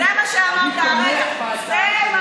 אני תומך בהצעה של איתן.